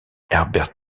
herbert